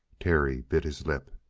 terry bit his lip.